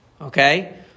Okay